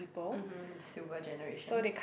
mmhmm silver generation